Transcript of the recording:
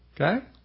Okay